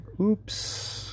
Oops